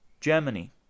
Germany